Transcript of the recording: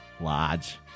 Lodge